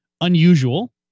unusual